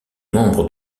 membre